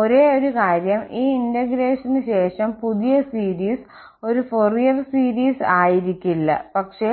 ഒരേയൊരു കാര്യം ഈ ഇന്റഗ്രേഷൻ ശേഷം പുതിയ സീരീസ് ഒരു ഫൊറിയർ സീരീസ് ആയിരിക്കില്ല പക്ഷേ